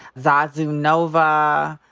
zazu nova,